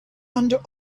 under